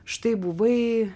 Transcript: štai buvai